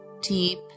deep